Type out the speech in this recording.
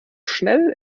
schnell